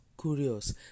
curious